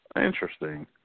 Interesting